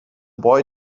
boy